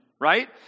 Right